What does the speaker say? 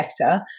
better